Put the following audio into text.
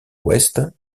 ouest